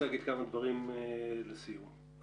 נושא